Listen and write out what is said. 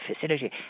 facility